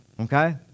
Okay